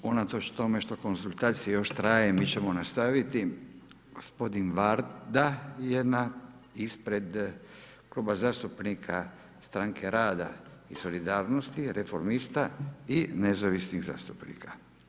I unatoč tome što konzultacije još traje, mi ćemo nastaviti, gospodin Varda je ispred Kluba zastupnika rada Strane rada i Solidarnosti, Reformista i nezavisnih zastupnika.